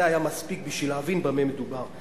זה היה מספיק בשביל להבין במה מדובר.